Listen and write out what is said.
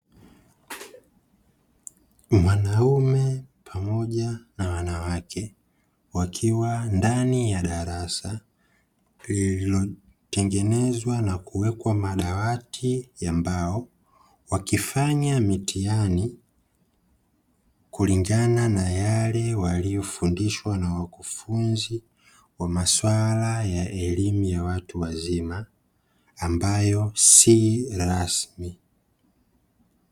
Mwanaume pamoja na wanawake wakiwa ndani ya darasa lililotengenezwa na kuwekwa madawati ya mbao, wakifanya mitihani kulingana na yale waliyofundishwa na wakufunzi wa masuala ya elimu ya watu wazima ambayo si rasmi.